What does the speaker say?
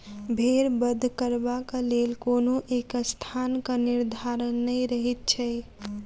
भेंड़ बध करबाक लेल कोनो एक स्थानक निर्धारण नै रहैत छै